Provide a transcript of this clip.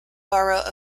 borough